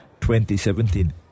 2017